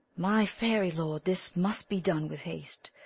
my fairy lord, this must be done with haste,